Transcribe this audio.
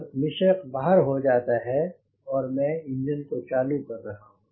अब मिश्रक बाहर हो जाता है और मैं इंजन को चालू कर रहा हूँ